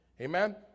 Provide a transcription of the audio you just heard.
Amen